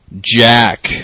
Jack